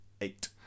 eight